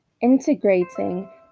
integrating